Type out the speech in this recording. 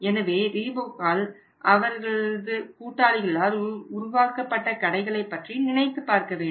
எனவே ரீபோக்கால் அவர்களது கூட்டாளிகளால் உருவாக்கப்பட்ட கடைகளைப் பற்றி நினைத்து பார்க்க வேண்டும்